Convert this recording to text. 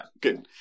good